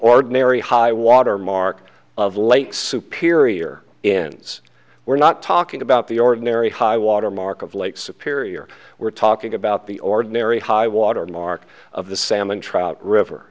ordinary high water mark of lake superior in it's we're not talking about the ordinary high water mark of lake superior we're talking about the ordinary high water mark of the salmon trout river